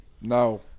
No